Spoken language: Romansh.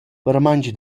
vairamaing